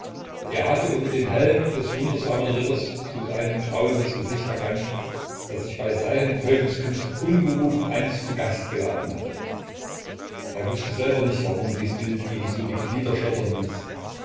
er hatte unter dem helm des wundersamen ritters zu seinem grauen das gesicht erkannt das sich bei seinen teufelskünsten ungerufen einst zu gast geladen hatte er wußte selber nicht warum dies bild ihm so die glieder schlottern ließ